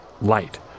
light